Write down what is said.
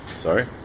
Sorry